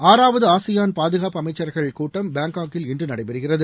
ஆறாவது ஆசியான் பாதுகாப்பு அமைச்சர்கள் கூட்டம் பாங்காக்கில் இன்று நடைபெறுகிறது